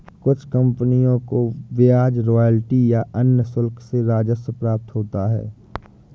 कुछ कंपनियों को ब्याज रॉयल्टी या अन्य शुल्क से राजस्व प्राप्त होता है